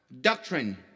doctrine